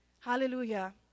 Hallelujah